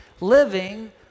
living